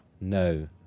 No